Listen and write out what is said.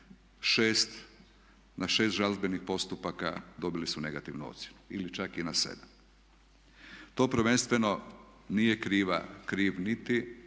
na 6 žalbenih postupaka dobili su negativnu ocjenu, ili čak i na 7. To prvenstveno nije kriv niti